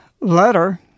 letter